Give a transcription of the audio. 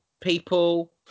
people